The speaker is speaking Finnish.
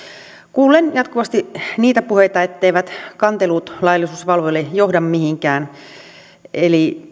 kuulen jatkuvasti niitä puheita etteivät kantelut laillisuusvalvojille johda mihinkään eli